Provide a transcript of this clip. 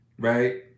Right